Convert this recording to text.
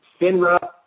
Finra